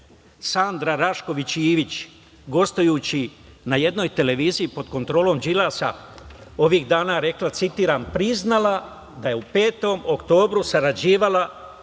Sanda Rašković Ivić, gostujući na jednoj televiziji pod kontrolom Đilasa ovih dana rekla, priznala da je u 5. oktobru sarađivala